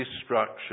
destruction